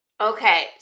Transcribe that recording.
Okay